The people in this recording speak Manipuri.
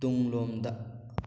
ꯇꯨꯡꯂꯣꯝꯗ